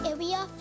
Area